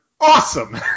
awesome